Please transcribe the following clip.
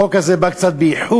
החוק הזה בא קצת באיחור,